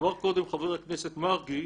אמר קודם חבר הכנסת מרגי,